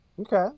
okay